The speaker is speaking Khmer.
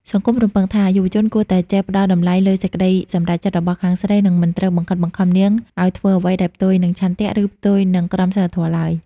សង្គមរំពឹងថា យុវជនគួរតែចេះផ្ដល់តម្លៃលើសេចក្ដីសម្រេចចិត្តរបស់ខាងស្រី និងមិនត្រូវបង្ខិតបង្ខំនាងឱ្យធ្វើអ្វីដែលផ្ទុយនឹងឆន្ទៈ ឬផ្ទុយនឹងក្រមសីលធម៌ឡើយ។